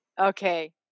Okay